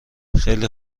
خیلی